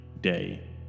day